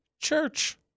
church